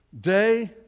day